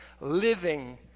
living